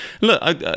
look